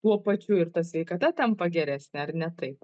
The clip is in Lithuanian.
tuo pačiu ir ta sveikata tampa geresnė ar ne taip